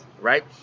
right